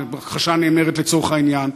ההכחשה הנאמרת לצורך העניין.